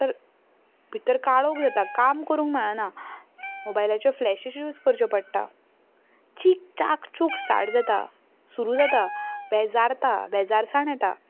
तर भितर काळोख जाता काम करूंक मेळना मोबायलाचे फ्लेश यूझ करचे पडटा चीक चाक चूक स्टार्ट जाता सुरू जाता बेजारता बेजारसाण येता